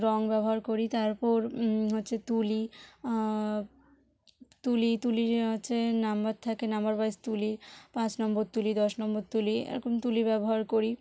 রঙ ব্যবহার করি তারপর হচ্ছে তুলি তুলি তুলির হচ্ছে নাম্বার থাকে নাম্বার ওয়াইজ তুলি পাঁচ নম্বর তুলি দশ নম্বর তুলি এরকম তুলি ব্যবহার করি